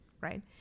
Right